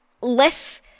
less